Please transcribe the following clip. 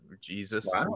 Jesus